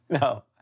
No